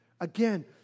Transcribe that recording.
Again